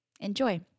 enjoy